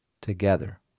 together